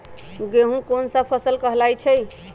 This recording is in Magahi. गेहूँ कोन सा फसल कहलाई छई?